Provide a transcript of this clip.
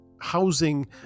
housing